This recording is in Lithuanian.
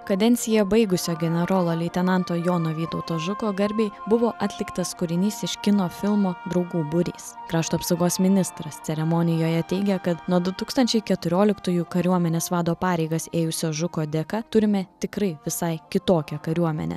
kadenciją baigusio generolo leitenanto jono vytauto žuko garbei buvo atliktas kūrinys iš kino filmo draugų būrys krašto apsaugos ministras ceremonijoje teigia kad nuo du tūkstančiai keturioliktųjų kariuomenės vado pareigas ėjusio žuko dėka turime tikrai visai kitokią kariuomenę